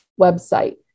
website